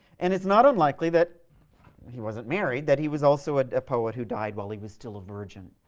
and it's not unlikely that he wasn't married that he was also ah a poet who died while he was still a virgin.